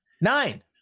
Nine